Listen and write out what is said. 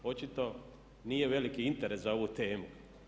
Očito nije veliki interes za ovu temu.